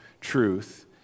truth